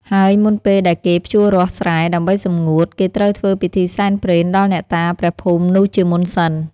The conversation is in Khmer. ហើយមុនពេលដែលគេភ្ជួររាស់ស្រែ ដើម្បីសម្ងួត គេត្រូវធ្វើពិធីសែនព្រេនដល់អ្នកតាព្រះភូមិនោះជាមុនសិន។